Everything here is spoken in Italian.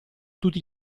tutti